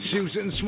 Susan